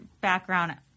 background